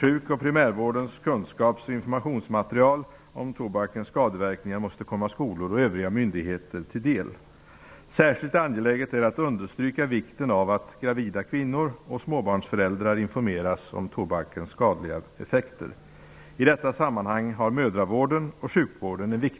Sjuk och primärvårdens kunskaps och informationsmaterial om tobakens skadeverkningar måste komma skolor och övriga myndigheter till del. Särskilt angeläget är det att understryka vikten av att gravida kvinnor och småbarnsföräldrar informeras om tobakens skadliga effekter. I detta sammanhang har mödravården och sjukvården